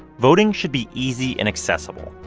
voting should be easy and accessible,